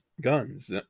guns